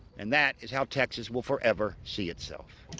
and that is how texas will forever see itself.